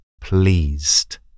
pleased